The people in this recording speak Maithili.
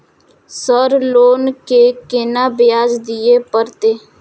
सर लोन के केना ब्याज दीये परतें?